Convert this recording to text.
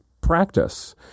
practice